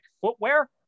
footwear